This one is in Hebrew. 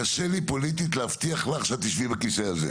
קשה לי פוליטית להבטיח לך שאת תשבי בכיסא הזה.